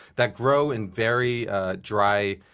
that grow in very dry,